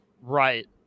Right